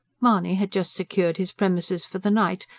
mahony had just secured his premises for the night,